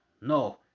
No